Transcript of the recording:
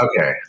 Okay